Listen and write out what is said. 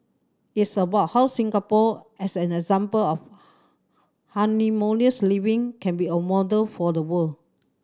it's about how Singapore as an example of harmonious living can be a model for the world